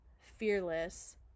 fearless